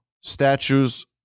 statues